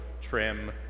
trim